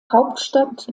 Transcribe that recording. hauptstadt